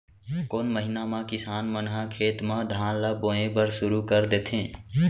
कोन महीना मा किसान मन ह खेत म धान ला बोये बर शुरू कर देथे?